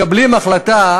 מקבלים החלטה